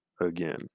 again